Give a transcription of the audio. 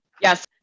Yes